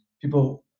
people